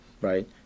Right